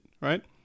right